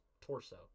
torso